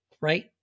right